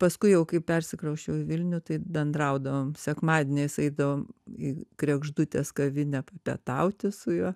paskui jau kai persikrausčiau į vilnių tai bendraudavom sekmadieniais eidavom į kregždutės kavinę papietauti su juo